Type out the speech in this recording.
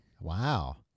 Wow